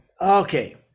okay